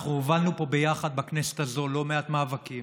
הובלנו כאן ביחד, בכנסת הזו, לא מעט מאבקים